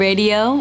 Radio